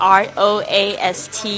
roast，